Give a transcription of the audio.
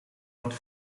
dat